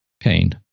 pain